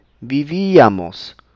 Vivíamos